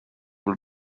will